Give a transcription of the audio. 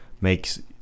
makes